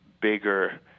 bigger